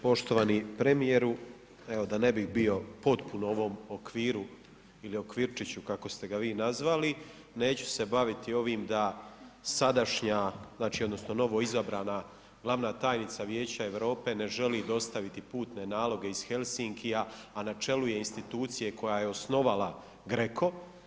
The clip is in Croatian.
Poštovani premijeru, evo da ne bih bio potpuno u ovom okviru ili okvričiću kako ste ga vi nazvali, neću se baviti ovim da sadašnja, novoizabrana glavna tajnica Vijeća Europe ne želi dostaviti putne naloge iz Helsinkija, a na čelu je institucije koja je osnovala Greco.